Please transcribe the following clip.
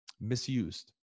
misused